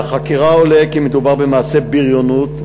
מהחקירה עולה שמדובר במעשה בריונות,